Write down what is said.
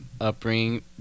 upbringing